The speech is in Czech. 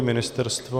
Ministerstvo?